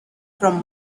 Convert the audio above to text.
from